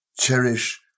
cherish